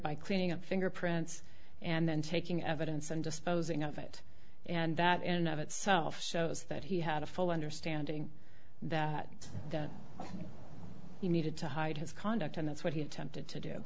by cleaning up fingerprints and then taking evidence and disposing of it and that in of itself shows that he had a full understanding that he needed to hide his conduct and that's what he attempted to do